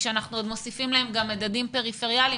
גם כשאנחנו מוסיפים להם מדדים פריפריאליים.